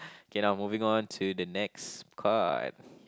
okay now moving on to the next card